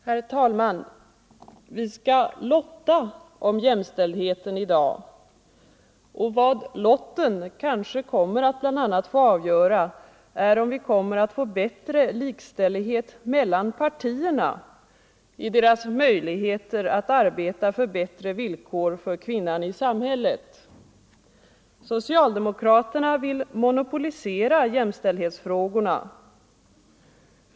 Herr talman! Vi skall i dag lotta om jämställdhet. Vad lotten kanske bl.a. får avgöra är om vi kommer att få större likställighet mellan partierna i deras möjligheter att arbeta för bättre villkor för kvinnan i samhället. Socialdemokraterna vill monopolisera jämställdhetsfrågorna.